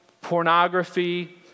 pornography